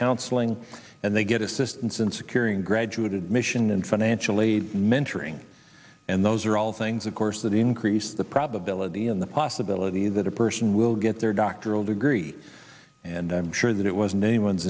counseling and they get assistance in securing graduated mission and financial aid mentoring and those are all things of course that increase the probability in the possibility that a person will get their doctoral degree and i'm sure that it wasn't